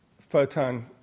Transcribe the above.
photon